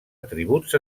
atributs